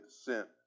sent